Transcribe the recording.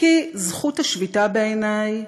כי זכות השביתה, בעיני,